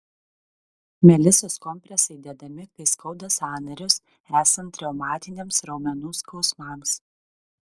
melisos kompresai dedami kai skauda sąnarius esant reumatiniams raumenų skausmams